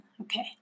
Okay